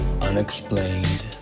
unexplained